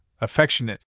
Affectionate